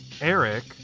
eric